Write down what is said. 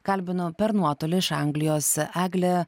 kalbinu per nuotolį iš anglijos eglę